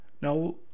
Now